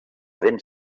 dent